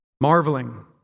marveling